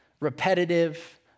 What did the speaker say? repetitive